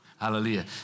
Hallelujah